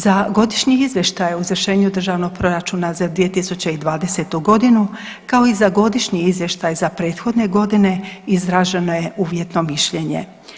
Za godišnji izvještaj o izvršenju državnog proračuna za 2020. godinu kao i za Godišnji izvještaj za prethodne godine izraženo je uvjetno mišljenje.